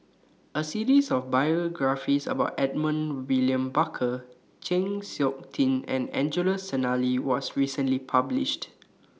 A series of biographies about Edmund William Barker Chng Seok Tin and Angelo Sanelli was recently published